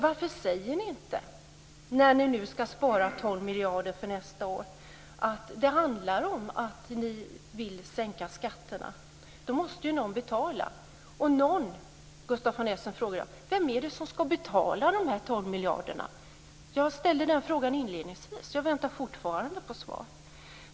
Varför säger ni inte, när ni nu ska spara 12 miljarder för nästa år, att det handlar om att ni vill sänka skatterna? Då måste någon betala. Vem, Gustaf von Essen, är det som ska betala dessa 12 miljarder? Jag ställde den frågan inledningsvis. Jag väntar fortfarande på svar.